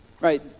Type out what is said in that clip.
right